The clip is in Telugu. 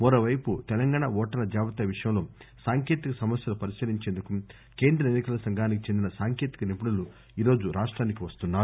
మరోవైపు తెలంగాణ ఓటర్ల జాబితా విషయం లో సాంకేతిక సమస్యలు పరిశీలించేందుకు కేంద్ర ఎన్సికల సంఘానికి చెందిన సాంకేతిక నిపుణులు ఈ రోజు రాష్టానికి వస్తున్నారు